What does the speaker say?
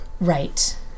right